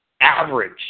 Average